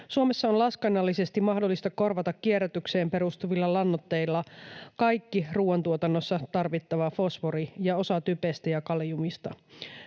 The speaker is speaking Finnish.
Suomessa on laskennallisesti mahdollista korvata kierrätykseen perustuvilla lannoitteilla kaikki ruuantuotannossa tarvittava fosfori ja osa typestä ja kaliumista.